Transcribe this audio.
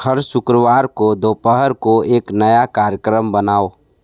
हर शुक्रवार को दोपहर को एक नया कार्यक्रम बनाओ